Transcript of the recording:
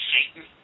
Satan